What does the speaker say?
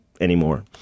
anymore